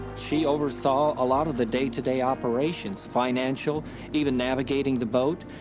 she oversaw a lot of the day-to-day operations financial even navigating the boat,